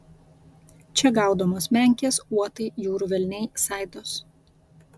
čia gaudomos menkės uotai jūrų velniai saidos